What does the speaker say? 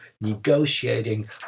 negotiating